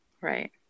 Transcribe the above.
Right